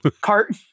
cart